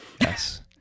Yes